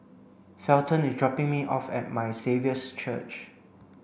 Felton is dropping me off at My Saviour's Church